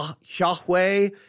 Yahweh